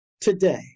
today